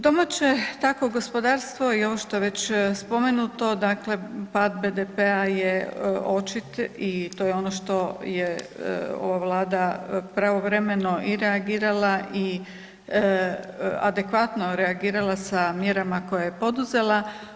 Domaće tako gospodarstvo i ovo što je već spomenuto dakle pad BDP-a je očit i to je ono što je ova Vlada pravovremeno i reagirala i adekvatno reagirala sa mjerama koje je poduzela.